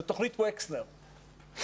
לתוכנית וקסנר,